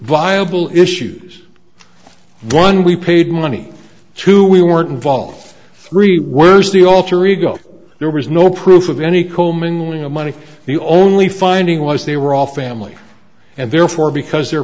viable issues one we paid money to we weren't involved three words the alter ego there was no proof of any co mingling of money the only finding was they were all family and therefore because the